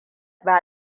ba